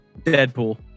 Deadpool